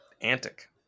Antic